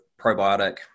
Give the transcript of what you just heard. probiotic